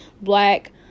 black